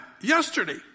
yesterday